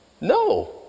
no